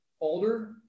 older